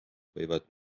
võivad